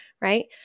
right